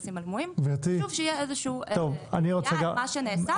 חשוב שיהיה איזשהו דיווח על מה שנעשה.